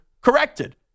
corrected